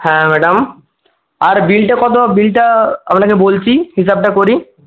হ্যাঁ ম্যাডাম আর বিলটা কতো বিলটা আপনাকে বলছি হিসাবটা করি